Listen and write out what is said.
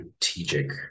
strategic